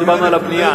אבל בתנאי אחד,